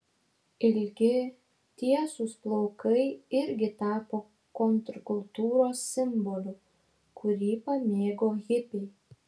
ilgi tiesūs plaukai irgi tapo kontrkultūros simboliu kurį pamėgo hipiai